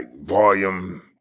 Volume